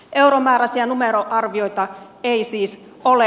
euromääräisiä numeroarvioita ei siis ole